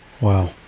Wow